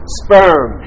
sperm